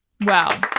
Wow